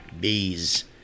bees